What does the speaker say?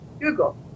Google